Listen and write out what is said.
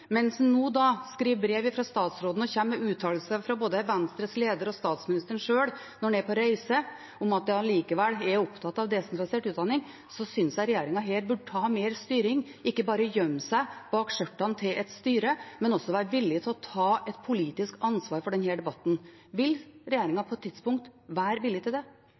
mens en nå skriver brev fra statsråden og kommer med uttalelser fra både Venstres leder og statsministeren selv når en er på reise, om at en likevel er opptatt av desentralisert utdanning, burde regjeringen her ta mer styring – ikke bare gjemme seg bak skjørtene til et styre, men også være villig til å ta et politisk ansvar for denne debatten. Vil regjeringen på et tidspunkt være villig til det?